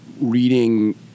reading